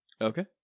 Okay